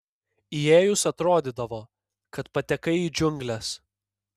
įėjus atrodydavo kad patekai į džiungles